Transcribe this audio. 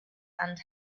and